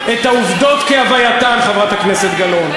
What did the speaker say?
ה-40,